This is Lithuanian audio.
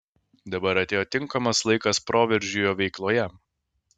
dabar atėjo tinkamas laikas proveržiui jo veikloje